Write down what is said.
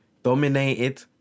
dominated